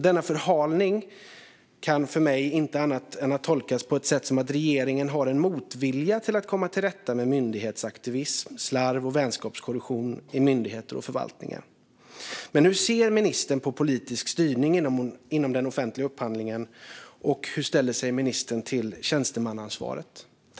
Denna förhalning kan jag inte tolka på annat sätt än att regeringen har en motvilja mot att komma till rätta med myndighetsaktivism, slarv och vänskapskorruption i myndigheter och förvaltningar. Hur ser ministern på politisk styrning inom den offentliga upphandlingen, och hur ställer sig ministern till tjänstemannaansvaret?